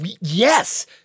yes